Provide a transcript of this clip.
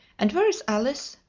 and where is alice?